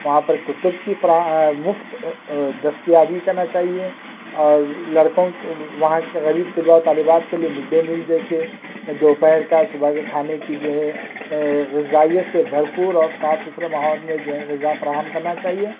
وہاں پر کتب کی فرا مفت دستیابی کرنا چاہیے اور لڑکوں کے وہاں کے غریب طلباء و طالبات کے لئے مڈ ڈے میل جیسے دوپہر کا صبح کے کھانے کی جو ہے غذائیت سے بھرپور اور صاف ستھرے ماحول میں جو ہے غذا فراہم کرنا چاہیے